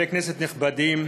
חברי כנסת נכבדים,